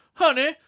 Honey